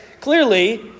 clearly